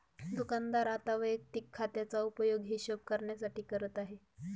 दुकानदार आता वैयक्तिक खात्याचा उपयोग हिशोब करण्यासाठी करत आहे